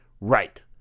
Right